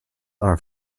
are